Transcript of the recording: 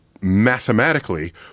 mathematically